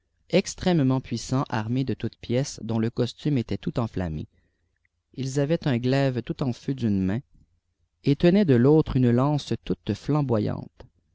de toutes pièces dont le ume était tout enflammé ils avaient un glaive tout en feu d'une main et tenaient de l'autre une lance toute flamboyante